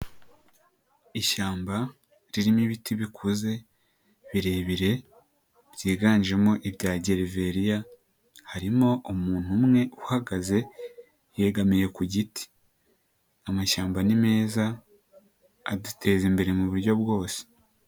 Ishyamba ririmo ibiti bikuze birebire byiganjemo ibya gereveriya, harimo umuntu umwe uhagaze yegamiye ku giti. Amashyamba ni meza adutezambere mu buryo bwose.